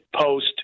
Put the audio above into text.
post